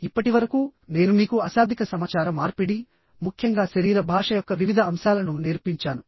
ఇప్పటివరకు నేను మీకు అశాబ్దిక సమాచార మార్పిడి ముఖ్యంగా శరీర భాష యొక్క వివిధ అంశాలను నేర్పించాను